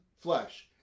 flesh